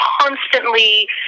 constantly